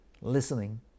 listening